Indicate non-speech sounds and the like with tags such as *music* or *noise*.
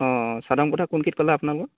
অঁ *unintelligible* কোনখিনিত ক'লে আপোনালোকৰ